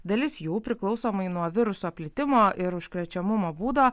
dalis jų priklausomai nuo viruso plitimo ir užkrečiamumo būdo